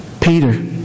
Peter